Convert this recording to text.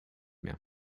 mehr